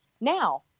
Now